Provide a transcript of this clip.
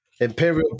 Imperial